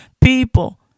people